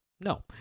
No